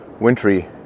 wintry